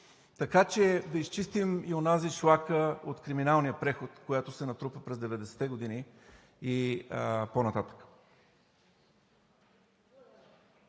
Така че да изчистим и онази шлака от криминалния преход, която се натрупа през 90-те години и по-нататък.